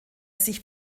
sich